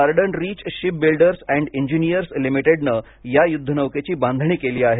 garden Reach Shipbuilders and Engineers लिमिटेडनं या युद्ध नौकेची बांधणी केली आहे